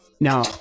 now